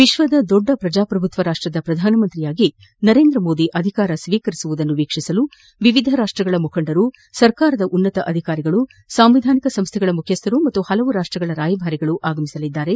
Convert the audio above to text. ವಿಶ್ವದ ದೊಡ್ಡ ಪ್ರಜಾಪ್ರಭುತ್ವ ರಾಷ್ಟದ ಪ್ರಧಾನಮಂತ್ರಿಯಾಗಿ ನರೇಂದ್ರ ಮೋದಿ ಅಧಿಕಾರ ಸ್ವೀಕರಿಸುವುದನ್ನು ವೀಕ್ಷಿಸಲು ವಿವಿಧ ರಾಷ್ಟಗಳ ಮುಖಂಡರು ಸರ್ಕಾರದ ಉನ್ನತ ಅಧಿಕಾರಿಗಳು ಸಂವಿಧಾನಿಕ ಸಂಸ್ಥೆಗಳ ಮುಖ್ಯಸ್ಥರು ಮತ್ತು ಪಲವು ರಾಷ್ಟಗಳ ರಾಯಭಾರಿಗಳು ಆಗಮಿಸಲಿದ್ದಾರೆ